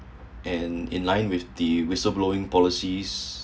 and in line with the whistleblowing policies